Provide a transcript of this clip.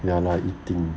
原来 like eating